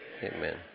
Amen